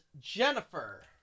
Jennifer